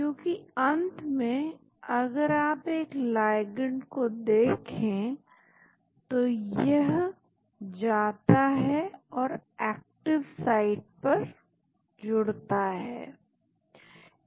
क्योंकि अंत में अगर आप एक लाइगैंड को देखें तो यह जाता है और एक्टिव साइट पर जुड़ता है